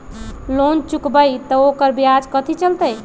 Loan चुकबई त ओकर ब्याज कथि चलतई?